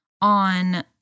on